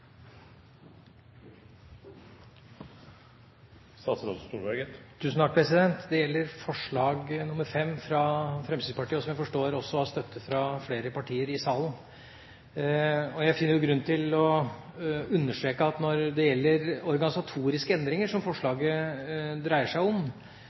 Det gjelder forslag nr. 5, fra Fremskrittspartiet, som jeg også forstår har støtte fra flere partier i salen. Jeg finner grunn til å understreke at når det gjelder organisatoriske endringer, som forslaget dreier seg om,